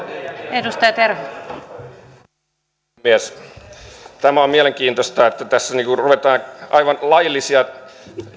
arvoisa puhemies tämä on mielenkiintoista että tässä niin kuin ruvetaan aivan laillisia